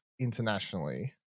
internationally